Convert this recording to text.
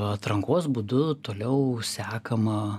atrankos būdu toliau sekama